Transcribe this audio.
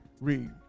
Read